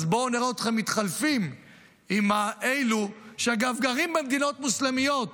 אז בואו נראה אתכם מתחלפים עם אלו שגרים במדינות מוסלמיות